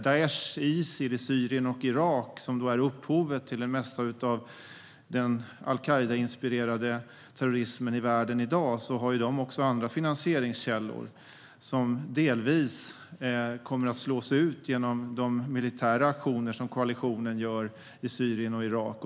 Daish - Isil i Syrien och Irak - som är upphovet till det mesta av den al-Qaida-inspirerade terrorismen i världen i dag, har också andra finansieringskällor som delvis kommer att slås ut genom de militära aktioner som koalitionen gör i Syrien och Irak.